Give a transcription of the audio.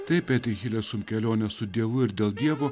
taip eti hilesum kelionę su dievu ir dėl dievo